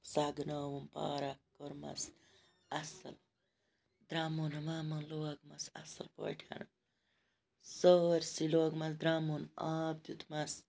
سَگہٕ نٲوٕم پارک کٔرمَس اَصٕل درٛمُن وَمُن لوگمَس اَصٕل پٲٹھۍ سٲرۍسٕے لوگمَس درٛمُن آب دیُتمَس